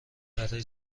برای